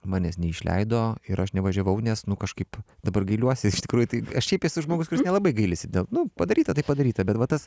manęs neišleido ir aš nevažiavau nes nu kažkaip dabar gailiuosi iš tikrųjų tai aš šiaip esu žmogus nelabai gailisi dėl nu padaryta taip padaryta bet va tas